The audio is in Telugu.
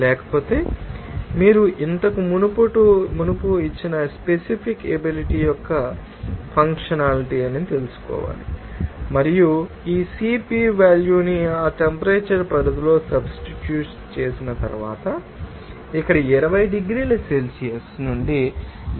లేకపోతే మీరు ఇంతకు మునుపు ఇచ్చిన స్పెసిఫిక్ ఎబిలిటీ యొక్క ఫంక్షనాలిటీ తెలుసుకోవాలి మరియు ఆ CP వాల్యూ ను ఆ టెంపరేచర్ పరిధిలో సబ్స్టిట్యూషన్ చేసిన తరువాత ఇక్కడ 20 డిగ్రీల సెల్సియస్ నుండి 80 డిగ్రీల సెల్సియస్ వరకు ఇవ్వబడుతుంది